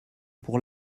pour